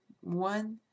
one